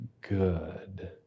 good